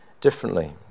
differently